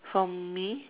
for me